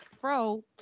pro